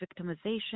victimization